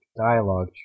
dialogue